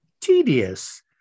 tedious